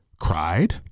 cried